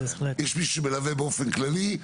יש מישהו שמלווה באופן כללי.